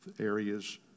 areas